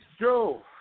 Joe